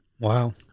Wow